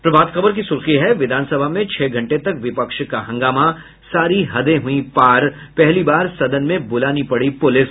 प्रभात खबर की सुर्खी है विधानसभा में छह घंटे तक विपक्ष का हंगामा सारी हदें हुईं पार पहली बार सदन में बुलानी पड़ी पुलिस